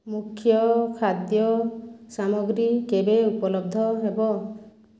ମୁଖ୍ୟ ଖାଦ୍ୟ ସାମଗ୍ରୀ କେବେ ଉପଲବ୍ଧ ହେବ